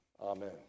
Amen